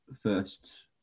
first